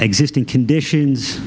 existing conditions